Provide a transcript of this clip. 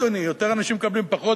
אדוני: יותר אנשים מקבלים פחות.